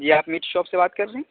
یہ آپ meat shop سے بات کر رہے ہیں